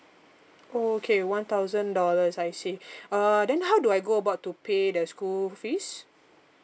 oh okay one thousand dollars I see uh then how do I go about to pay the school fees